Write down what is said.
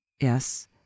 Yes